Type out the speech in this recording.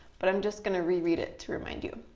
but i'm just gonna re-read it to remind you.